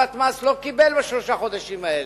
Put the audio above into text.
מס לא קיבל אותה בשלושת החודשים האלה,